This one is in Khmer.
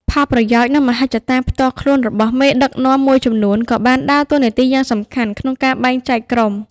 ផលប្រយោជន៍ និងមហិច្ឆតាផ្ទាល់ខ្លួនរបស់មេដឹកនាំមួយចំនួនក៏បានដើរតួនាទីយ៉ាងសំខាន់ក្នុងការបែងចែកក្រុម។